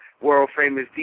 world-famous